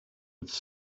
its